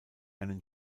einen